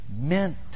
meant